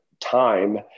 time